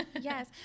Yes